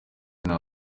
nta